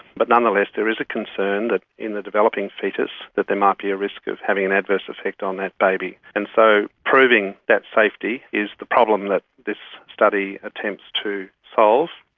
but nonetheless there is a concern that in the developing fetus that there might be a risk of having an adverse effect on that baby. and so proving that safety is the problem that this study attempts to solve.